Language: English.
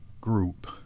group